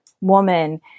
woman